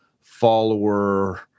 follower